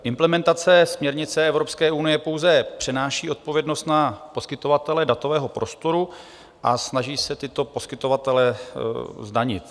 Implementace směrnice Evropské unie pouze přenáší odpovědnost na poskytovatele datového prostoru a snaží se tyto poskytovatele zdanit.